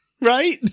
right